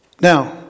Now